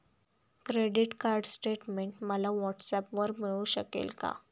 Credit card statement मला व्हॉट्सऍपवर मिळू शकेल का?